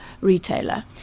retailer